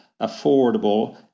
affordable